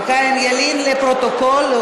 חיים ילין, להוסיף לפרוטוקול.